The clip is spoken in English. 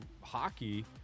hockey